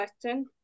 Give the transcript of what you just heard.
question